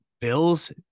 Bill's